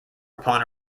upon